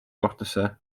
kohtusse